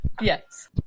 Yes